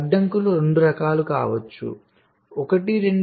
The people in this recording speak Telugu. అడ్డంకులు రెండు రకాలు కావచ్చు ఒకటి రెండు